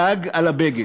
תג על הבגד,